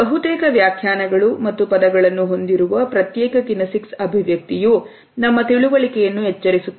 ಬಹುತೇಕ ವ್ಯಾಖ್ಯಾನಗಳು ಮತ್ತು ಪದಗಳನ್ನು ಹೊಂದಿರುವ ಪ್ರತ್ಯೇಕ ಕಿನೆಸಿಕ್ಸ್ ಅಭಿವ್ಯಕ್ತಿಯು ನಮ್ಮ ತಿಳುವಳಿಕೆಯನ್ನು ಎಚ್ಚರಿಸುತ್ತದೆ